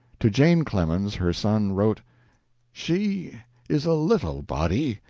to jane clemens her son wrote she is a little body,